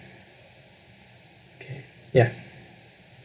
okay ya